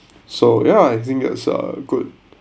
so ya I think that's a good